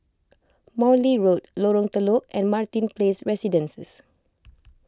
Morley Road Lorong Telok and Martin Place Residences